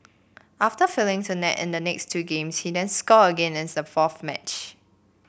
after failing to net in the next two games he then scored again in the fourth match